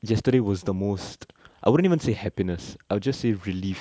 yesterday was the most I wouldn't even say happiness I will just say relief